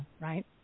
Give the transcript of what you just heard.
Right